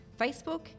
Facebook